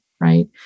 right